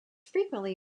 frequently